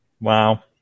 Wow